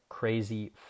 crazy